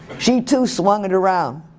she too swung it around.